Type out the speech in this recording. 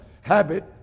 habit